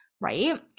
right